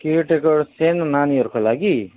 care taker सानो नानीहरूको लागि